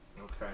Okay